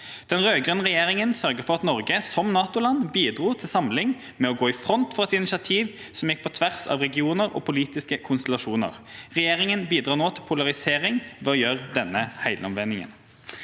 Den rød-grønne regjeringa sørget for at Norge som NATO-land bidro til samling, ved å gå i front for et initiativ som gikk på tvers av regioner og politiske konstellasjoner. Regjeringa bidrar nå til polarisering ved å gjøre denne helomvendingen.